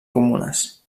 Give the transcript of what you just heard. comunes